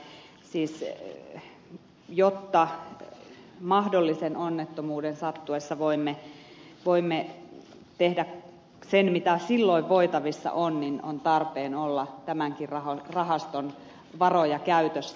jotta mahdollisen onnettomuuden sattuessa voimme tehdä sen mitä silloin voitavissa on niin on tarpeen olla tämänkin rahaston varoja käytössä